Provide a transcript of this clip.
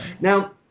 Now